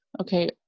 okay